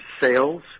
sales